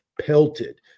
pelted